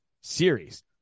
series